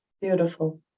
Beautiful